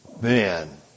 man